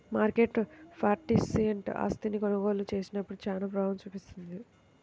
market participant ఆస్తిని కొనుగోలు చేసినప్పుడు చానా ప్రభావం చూపిస్తుంది